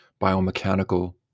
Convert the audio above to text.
biomechanical